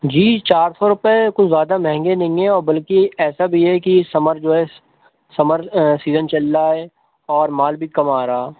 جی چار سو روپے کوئی زیادہ مہنگے نہیں ہیں اور بلکہ ایسا بھی ہے کہ سمر جو ہے سمر سیزن چل رہا ہے اور مال بھی کم آ رہا